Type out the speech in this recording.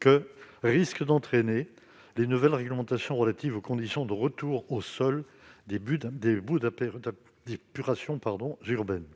que risquent d'entraîner les nouvelles réglementations relatives aux conditions de retour au sol des boues d'épuration urbaines.